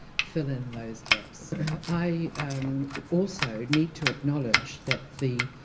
fill in those gaps i also need to acknowledge that the